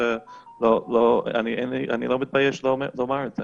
לא מתבייש לומר את זה.